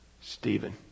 Stephen